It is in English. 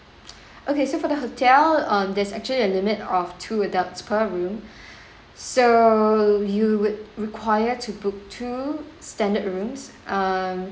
okay so for the hotel um there's actually a limit of two adults per room so you would require to book twoo standard rooms um